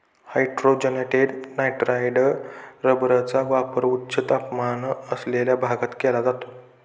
hydrogenated nitrile रबरचा वापर उच्च तापमान असलेल्या भागात केला जातो